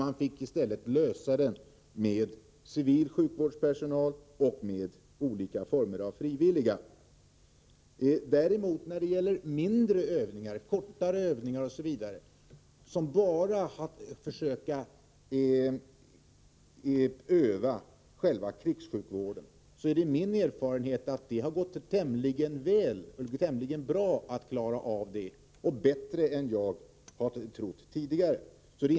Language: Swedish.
Dessa problem har fått lösas med hjälp av civil sjukvårdspersonal och med olika former av frivilliga. När det däremot gäller mindre övningar, kortare övningar osv., som enbart har till syfte att själva krigssjukvården skall tränas, är det min erfarenhet att man har lyckats tämligen bra, bättre än jag har trott tidigare.